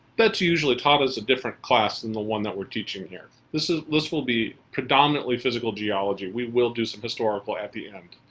that's usually taught as a different class than the one that we're teaching here. this ah this will be predominantly physical geology. we will do some historical at the end,